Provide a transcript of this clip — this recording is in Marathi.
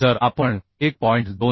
जर आपण 1